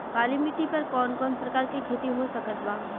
काली मिट्टी पर कौन कौन प्रकार के खेती हो सकत बा?